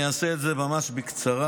אני אעשה את זה ממש בקצרה,